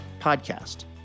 podcast